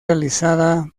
realizada